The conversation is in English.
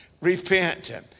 repent